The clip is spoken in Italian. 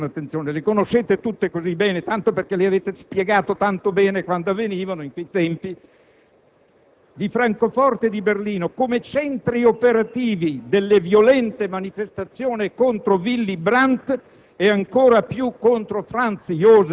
quindi non avete bisogno di ascoltarmi con attenzione. Le conoscete tutte così bene tanto perché le avete spiegate così bene quando a quei tempi queste avvenivano! - come centri operativi delle violente manifestazioni contro Willy Brandt